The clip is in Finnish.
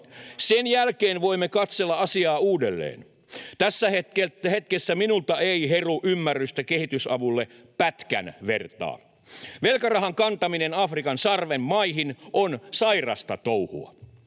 Sen jälkeen voimme katsella asiaa uudelleen. Tässä hetkessä minulta ei heru ymmärrystä kehitysavulle pätkän vertaa. Velkarahan kantaminen Afrikan sarven maihin on sairasta touhua.